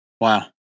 Wow